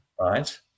Right